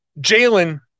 Jalen